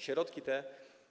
Środki te